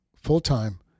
full-time